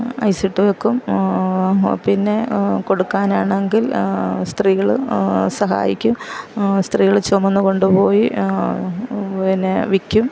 ice ഇട്ട് വെക്കും പിന്നേ കൊടുക്കാനാണെങ്കിൽ സ്ത്രീകള് സഹായിക്കും സ്ത്രീകള് ചുമന്ന് കൊണ്ടുപോയി പിന്നെ വിൽക്കും